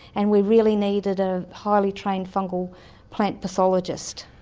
and we really needed a highly trained fungal plant pathologist.